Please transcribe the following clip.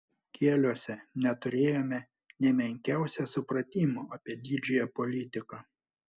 kieliuose neturėjome nė menkiausio supratimo apie didžiąją politiką